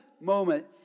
moment